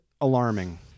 Alarming